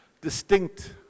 distinct